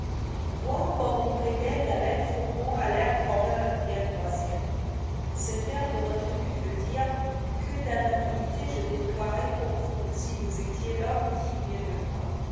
vois comme auprès d'elle la belle fourmont a l'air commun dit un troisième cet air de retenue veut dire que d'amabilité je déploierais pour vous si vous étiez l'homme digne de moi